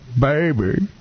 baby